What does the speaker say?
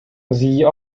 sie